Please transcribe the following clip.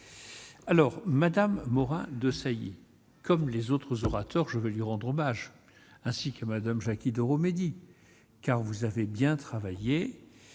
alors Madame Morin-Desailly comme les autres orateurs, je veux lui rendre hommage, ainsi que Madame Jacky Deromedi car vous avez bien travaillé